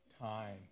time